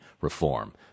reform